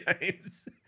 games